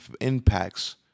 impacts